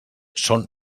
són